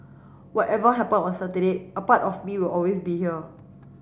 whatever happen on Saturday a part of me will always be here